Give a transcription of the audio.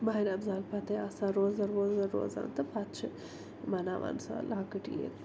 ماہِ رمضان پَتَے آسان روزدَر ووزدَر روزان تہٕ پتہٕ چھِ مناوان سۄ لۄکٕٹ عید